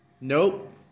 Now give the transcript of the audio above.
Nope